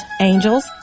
angels